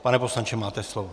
Pane poslanče, máte slovo.